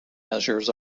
measures